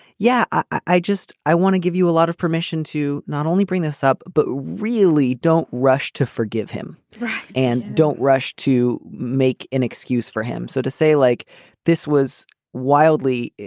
yeah, i just i want to give you a lot of permission to not only bring this up, but really don't rush to forgive him and don't rush to make an excuse for him. so to say like this was wildly,